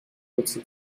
kurze